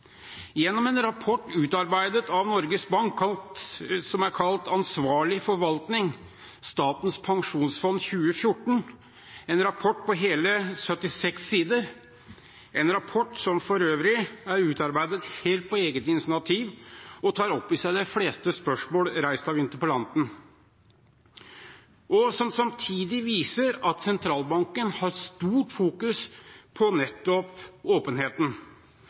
Gjennom en rapport utarbeidet av Norges Bank som er kalt «Ansvarlig forvaltning 2014 – Statens pensjonsfond utland», en rapport på hele 76 sider, som for øvrig er utarbeidet helt på eget initiativ og tar opp i seg de fleste spørsmål reist av interpellanten, viser man samtidig at sentralbanken har stort fokus på nettopp åpenheten.